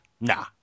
Nah